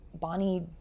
Bonnie